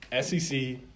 SEC